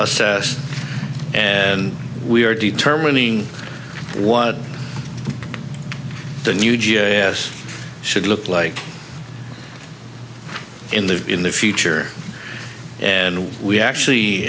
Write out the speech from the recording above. assess and we are determining what the new g a s should look like in the in the future and we actually